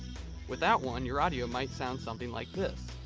without one, your audio might sound something like this.